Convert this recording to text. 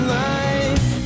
life